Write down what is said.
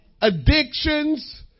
Addictions